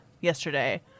yesterday